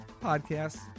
podcasts